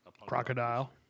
Crocodile